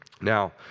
Now